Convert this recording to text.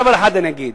עוד דבר אחד אני אגיד.